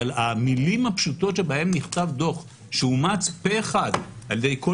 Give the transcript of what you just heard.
אבל המילים הפשוטות שבהם נכתב דוח שאומץ פה-אחד על-ידי כל